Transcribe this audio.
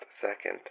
second